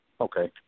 okay